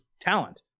talent